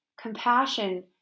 compassion